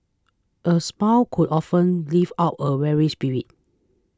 a smile could often lift out a weary spirit